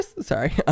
Sorry